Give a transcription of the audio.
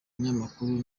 binyamakuru